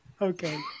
Okay